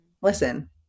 listen